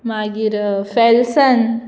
मागीर फॅलसन